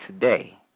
today